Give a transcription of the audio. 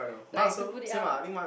like to put it out